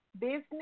business